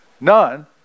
None